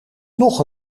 nog